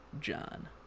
John